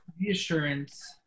reassurance